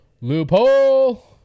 Loophole